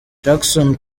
jackson